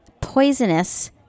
poisonous